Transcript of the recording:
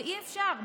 ואי-אפשר.